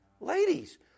ladies